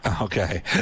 Okay